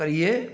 करियै